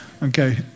Okay